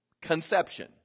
conception